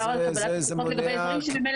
זה מונע כל מיני